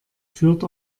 führt